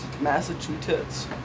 Massachusetts